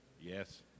Yes